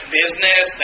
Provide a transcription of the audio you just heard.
business